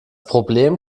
problem